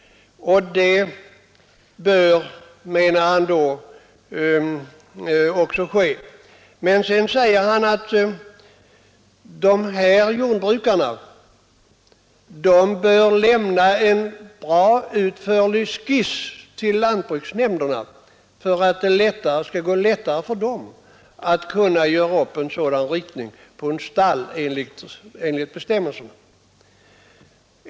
Sedan säger departementschefen att dessa jordbrukare bör lämna en utförlig skiss till lantbruksnämnderna för att det skall gå lättare för dem att göra upp en ritning på stall enligt bestämmelserna.